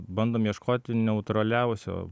bandom ieškoti neutraliausio